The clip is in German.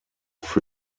für